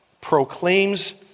proclaims